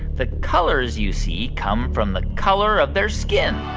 the colors you see come from the color of their skin